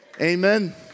amen